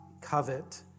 covet